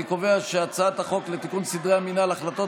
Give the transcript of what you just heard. אני קובע שהצעת החוק לתיקון סדרי המינהל (החלטות